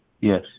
yes